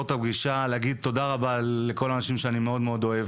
להגיד תודה רבה לכל האנשים שאני מאוד-מאוד אוהב,